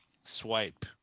swipe